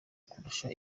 kurusha